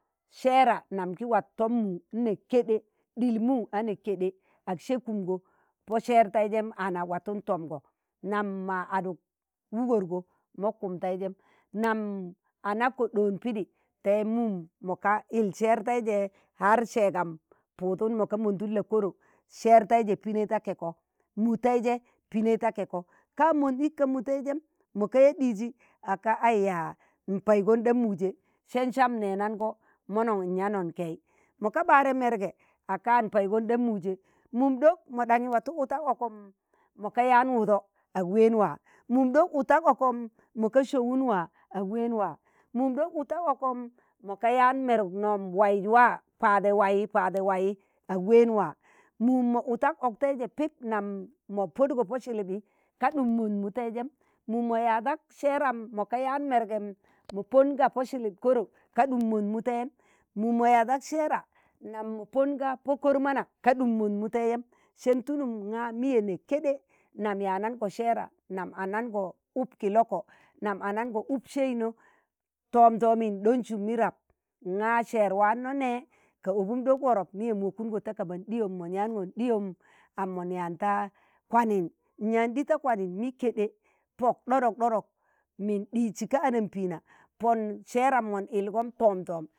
sẹera namgi wat tommu nne keɗe, ɗil mu a nẹ keɗe, ak se kumgo pọ sẹẹr taijẹm ana waton tomgo, nam ma oduk wugorgo mok kum teijem, nam anakko ɗoon pidi te mum mo ka il seer taije har seegam puudun moka mondun la'koro seer teije pinei ta keko mu teije pinei ta keko ka mond ik ka muteijem mo ka yaa ɗiji ak ka aiyaa! npaigọn ɗa mujẹ, sẹn sam nenang̣o monon nyangon kei moka ɓạari mẹrge ak ka npaigon ɗa muje mum ɗok mo ɗanyi watu utak okom mo ka yaan wudo ak ween waa, mum ɗok utak okom moka sọowun wa ak ween wa mun ɗok utak okom mo ka yaan meruk nom waiz waa paaɗe wai paaɗe wai ak ween waa, mun mọ utak oktaije pip, nam mo podgo po silibi ka ɗum mon mutẹijem mu mọ yaadak sẹẹram mọ ka yaan mẹrgem mo ponga po silip koro ka ɗum mon mutem, mu mo yadak sẹẹra nam mo pon ga po kor mana ka ɗum mon muteijeno sen tulum nga miye ne keɗe nom yanango sẹera nam anango up ki loko nam anango up saino tom domi nɗoon sum mi rab nga sẹer wạanno ne ka obin ɗok worop miyem wokungo ta kaba ɗiyom mon yaangon ɗiyom nam mon yaan ta kwanin nyan ɗi ta kwanin mi keɗe, pok ɗodok ɗodok min ɗissi ka anambeena pon sẹeram mon illgom tom ɗom